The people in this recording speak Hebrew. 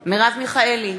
מרב מיכאלי,